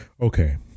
Okay